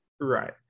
Right